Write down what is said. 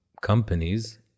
companies